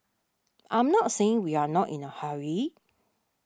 I'm not saying we are not in a hurry